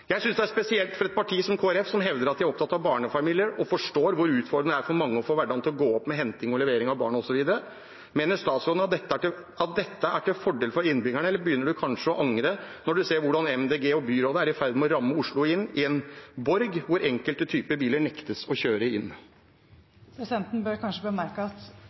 Jeg synes dette er spesielt for et parti som Kristelig Folkeparti, som hevder at de er opptatt av barnefamilier, og som forstår hvor utfordrende det er for mange å få hverdagen til å gå opp, med henting og levering av barn, osv. Mener statsråden at dette er til fordel for innbyggerne, eller begynner han kanskje å angre når han ser hvordan Miljøpartiet De Grønne og byrådet er i ferd med å ramme Oslo inn som en borg, hvor enkelte typer biler nektes å kjøre inn? Presidenten bør kanskje